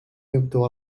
يبدو